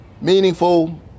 meaningful